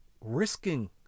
risking